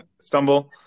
stumble